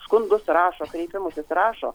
skundus rašo kreipimusis rašo